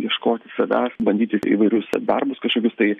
ieškoti savęs bandyti įv įvairius darbus kažkokius tai